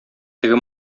теге